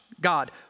God